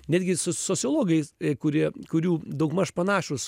netgi su sociologais kurie kurių daugmaž panašūs